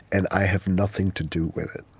and i have nothing to do with it.